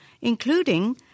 including